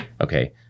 Okay